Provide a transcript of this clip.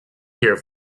here